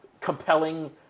compelling